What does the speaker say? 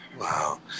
Wow